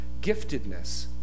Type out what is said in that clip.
giftedness